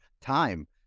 time